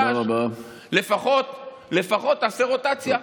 לפחות לפחות תעשה רוטציה.